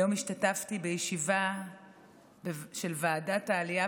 היום השתתפתי בישיבה של ועדת העלייה